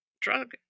drug